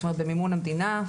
במימון המדינה.